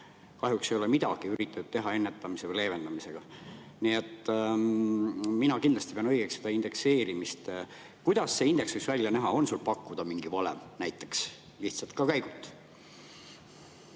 Kahjuks ei ole midagi üritatud teha ennetamise või leevendamisega. Nii et mina kindlasti pean õigeks seda indekseerimist. Kuidas see indeks võiks välja näha? On sul pakkuda mingi valem lihtsalt käigult?